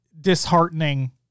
disheartening